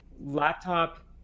Laptop